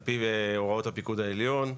על פי הוראות הפיקוד העליון,